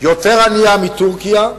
יותר ענייה מטורקיה,